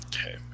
Okay